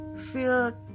feel